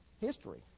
history